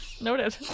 Noted